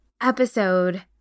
episode